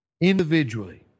individually